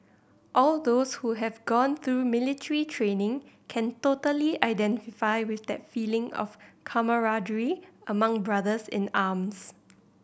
all those who have gone through military training can totally identify with that feeling of camaraderie among brothers in arms